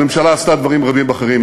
הממשלה עשתה דברים רבים אחרים.